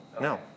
no